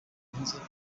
kurenza